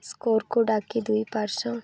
ସ୍କୋର୍କୁ ଡାକି ଦୁଇ ପାର୍ଶ୍ୱ